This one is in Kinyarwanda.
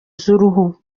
z’uruhu